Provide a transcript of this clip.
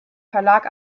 verlag